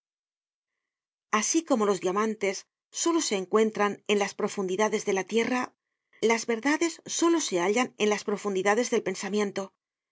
asi como los diamantes solo se encuentran en las profundidades de la tierra las verdades solo se hallan en las profundidades del pensamiento